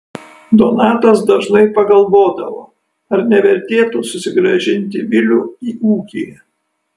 donatas dažnai pagalvodavo ar nevertėtų susigrąžinti vilių į ūkį